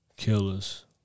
Killers